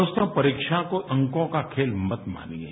दोस्तों परीक्षा को अंको का खेल मत मानिये